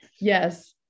Yes